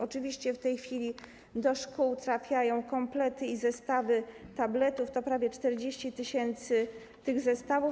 Oczywiście w tej chwili do szkół trafiają komplety i zestawy tabletów, prawie 40 tys. tych zestawów.